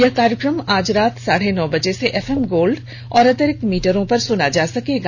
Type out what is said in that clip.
यह कार्यक्रम आज रात साढे नौ बजे से एफएम गोल्ड और अतिरिक्त मीटरों पर सुना जा सकता है